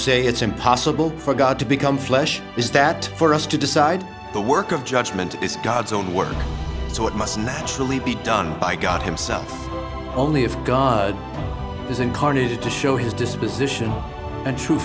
say it's impossible for god to become flesh is that for us to decide the work of judgment is god's own work so it must naturally be done by god himself only if god is incarnated to show his disposition and t